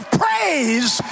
praise